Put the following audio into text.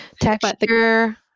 Texture